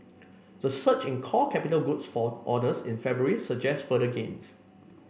the surge in core capital goods for orders in February suggests further gains